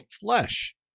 flesh